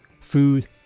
food